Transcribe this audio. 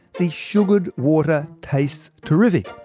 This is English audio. the sugared water tastes terrific.